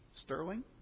Sterling